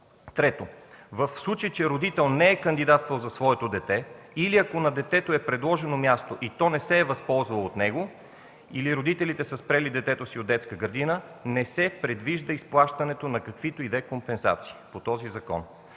Трето, в случай че родител не е кандидатствал за своето дете или ако на детето е предложено място и то не се е възползвало от него, или родителите са спрели детето си от детска градина, по този закон не се предвижда изплащането на каквито и да е компенсации. В общините